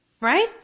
Right